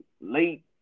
late